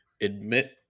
admit –